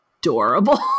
adorable